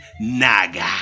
naga